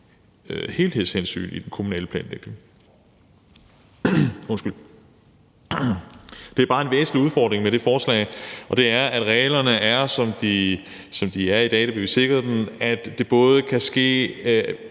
helhedshensyn i den kommunale planlægning. Der er bare en væsentlig udfordring med det forslag, og det er, at reglerne er, som de er i dag. Vi har dem i dag, for at der skal ske